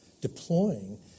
deploying